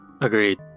Agreed